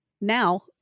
now